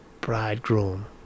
bridegroom